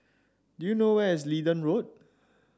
do you know where is Leedon Road